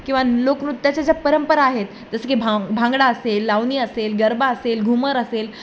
किंवा लोकनृत्याच्या ज्या परंपरा आहेत जसं की भां भांगडा असेल लावणी असेल गरबा असेल घुमर असेल